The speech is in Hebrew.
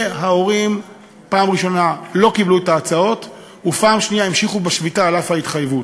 ההורים גם לא קיבלו את ההצעות וגם המשיכו בשביתה על אף ההתחייבות.